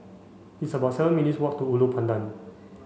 it's about seven minutes' walk to Ulu Pandan